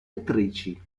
attrici